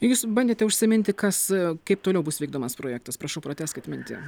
jūs bandėte užsiminti kas kaip toliau bus vykdomas projektas prašau pratęskit mintį